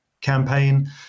campaign